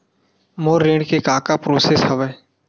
मोर ऋण के का का प्रोसेस हवय?